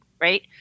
Right